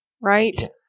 right